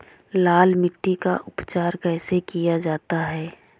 लाल मिट्टी का उपचार कैसे किया जाता है?